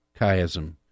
chiasm